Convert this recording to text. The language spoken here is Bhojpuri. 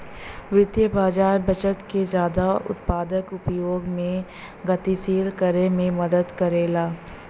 वित्तीय बाज़ार बचत के जादा उत्पादक उपयोग में गतिशील करे में मदद करला